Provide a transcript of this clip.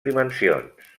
dimensions